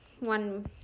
one